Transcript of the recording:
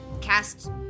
cast